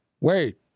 Wait